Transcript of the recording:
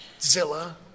Zilla